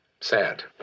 Sad